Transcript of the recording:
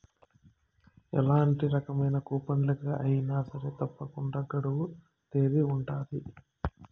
ఎలాంటి రకమైన కూపన్లకి అయినా సరే తప్పకుండా గడువు తేదీ ఉంటది